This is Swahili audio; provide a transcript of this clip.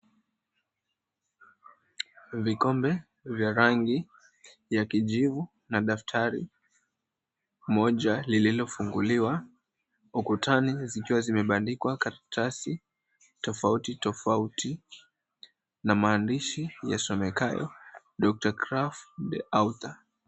Vikombe vya rangi ya kijivu na daftari moja lililofunguliwa, ukutani zikiwa zimebandikwa karatasi tofauti tofauti na maandishi yasomekayo ,Dr. KRAFF THE AUTHOR,